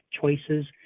choices